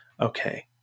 okay